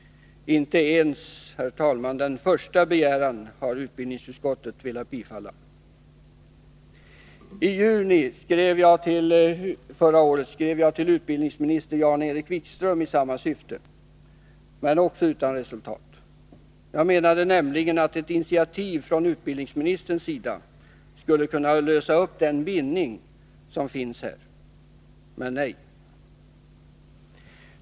Inte ens den första begäran, herr talman, har utbildningsutskottet velat bifalla. I juni förra året skrev jag till utbildningsministern Jan-Erik Wikström i samma syfte, men också utan resultat. Jag menade nämligen att ett initiativ från utbildningsministerns sida skulle kunna lösa upp den bindning som finns här. Men nej!